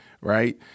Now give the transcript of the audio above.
right